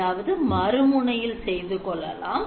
அதாவது மறுமுனையில் செய்து கொள்ளலாம்